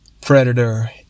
predator